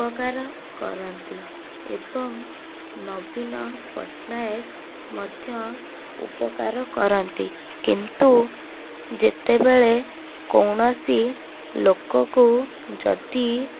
ଉପକାର କରନ୍ତି ଏବଂ ନବୀନ ପଟ୍ଟନାୟକ ମଧ୍ୟ ଉପକାର କରନ୍ତି କିନ୍ତୁ ଯେତେବେଳେ କୌଣସି ଲୋକଙ୍କୁ ଯଦି